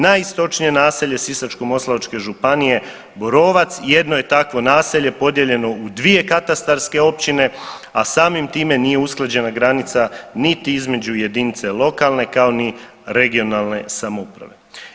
Najistočnije naselje Sisačko-moslavačke županije Borovac jedno je takvo naselje podijeljeno u dvije katastarske općine, a samim time nije usklađena granica niti između jedinice lokalne kao ni regionalne samouprave.